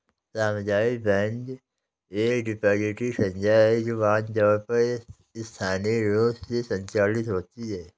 सामुदायिक बैंक एक डिपॉजिटरी संस्था है जो आमतौर पर स्थानीय रूप से संचालित होती है